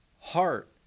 heart